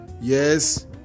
Yes